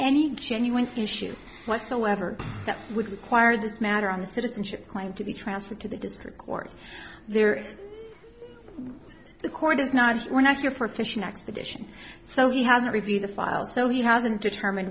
any genuine issue whatsoever that would require this matter on the citizenship claim to be transferred to the district court there the court is not we're not your fishing expedition so he hasn't reviewed the file so he hasn't determine